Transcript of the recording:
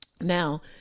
Now